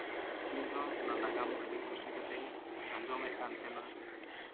ᱤᱧᱦᱚᱸ ᱚᱱᱟ ᱱᱟᱜᱟᱢ ᱟᱹᱰᱤ ᱠᱩᱥᱤ ᱠᱟᱛᱮᱫ ᱤᱧ ᱟᱸᱡᱚᱢᱮᱫ ᱠᱟᱱ ᱛᱟᱦᱮᱱᱟ